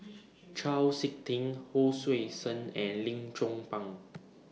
Chau Sik Ting Hon Sui Sen and Lim Chong Pang